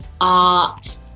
art